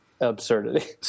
absurdity